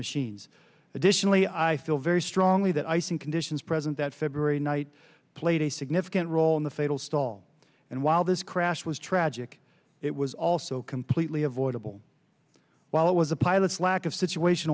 machines additionally i feel very strongly that icing conditions present that february night played a significant role in the fatal stall and while this crash was tragic it was also completely avoidable while it was a pilot's lack of situation